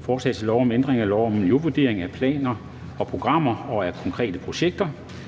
Forslag til lov om ændring af lov om miljøvurdering af planer og programmer og af konkrete projekter